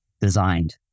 designed